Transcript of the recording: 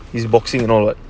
this boxing all right